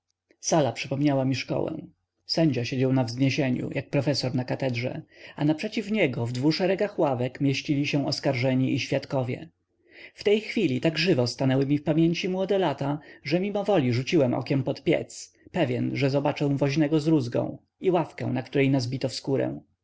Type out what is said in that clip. sala przypomniała mi szkołę sędzia siedział na wzniesieniu jak profesor na katedrze a naprzeciw niego w dwu szeregach ławek mieścili się oskarżeni i świadkowie w tej chwili tak żywo stanęły mi w pamięci młode lata że mimowoli rzuciłem okiem pod piec pewny że zobaczę woźnego z rózgą i ławkę na której nas bito w skórę